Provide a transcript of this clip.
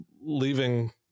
leaving